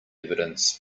evidence